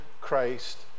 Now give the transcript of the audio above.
Christ